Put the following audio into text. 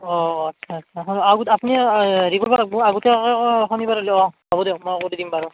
অঁ অঁ আচ্ছা আচ্ছা আগত আপুনি হেৰি কৰিব লাগবো আগতীয়াকৈ কৱা শনিবাৰ হ'লি অঁ হ'ব দিয়ক মই কৰি দিম বাৰু